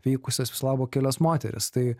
vykusias viso labo kelias moteris tai